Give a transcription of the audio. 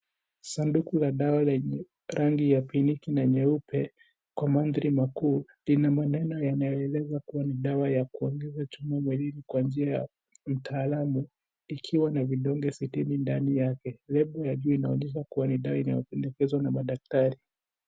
Sanduku la dawa lenye rangi ya pinki na nyeupe na mandhari makuu lina maandishi yanayoeleza kuwa ni dawa ya kuongeza chuma mwilini kwa njia ya utaalamu ikiwa na vidonge sitini ndani yake. Lebo ya juu inaonyesha kuwa ni dawa inayopendekezwa na madaktari.